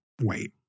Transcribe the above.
wait